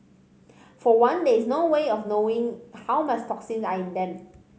for one there is no way of knowing how much toxins are in them